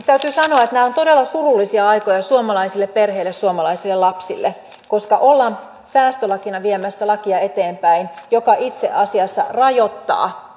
täytyy sanoa että nämä ovat todella surullisia aikoja suomalaisille perheille ja suomalaisille lapsille koska ollaan säästölakina viemässä eteenpäin lakia joka itse asiassa rajoittaa